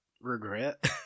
regret